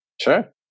Sure